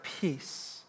peace